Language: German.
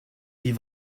die